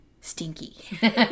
stinky